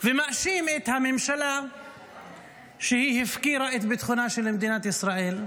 ומאשים את הממשלה שהיא הפקירה את ביטחונה של מדינת ישראל,